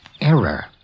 error